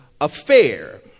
affair